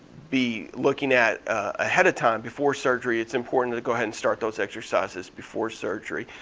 be looking at ahead of time before surgery. it's important to go ahead and start those exercises before surgery.